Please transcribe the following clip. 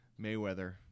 Mayweather